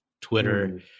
twitter